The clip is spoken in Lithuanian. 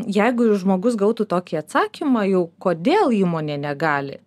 jeigu žmogus gautų tokį atsakymą jau kodėl įmonė negali